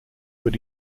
were